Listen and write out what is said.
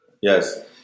Yes